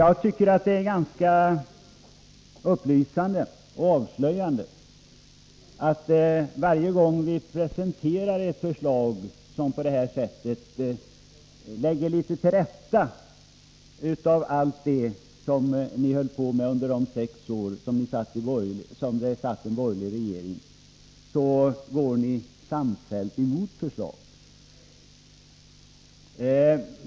Jag tycker att det är ganska upplysande och avslöjande att varje gång vi presenterar ett förslag som på det här sättet lägger till rätta litet av allt det som ni höll på med under de sex år som det satt en borgerlig regering, så går ni samfällt emot förslaget.